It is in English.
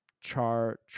Char